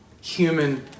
human